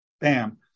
bam